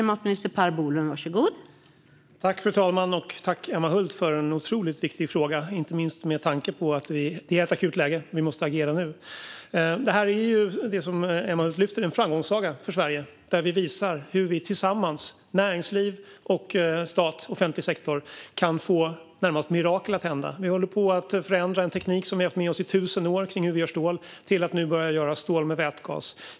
Fru talman! Tack, Emma Hult, för en otroligt viktig fråga, inte minst med tanke på att det är ett akut läge - vi måste agera nu. Det som Emma Hult tar upp är en framgångssaga för Sverige där vi visar hur vi tillsammans - näringsliv, stat och offentlig sektor - kan få närmast mirakel att hända. Vi håller på att förändra en teknik för att göra stål som vi haft med oss i 1 000 år till att nu börja göra stål med vätgas.